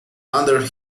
under